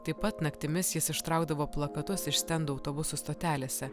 taip pat naktimis jis ištraukdavo plakatus iš stendų autobusų stotelėse